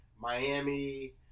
Miami